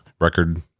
record